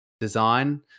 design